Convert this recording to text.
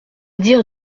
dire